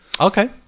Okay